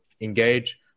engage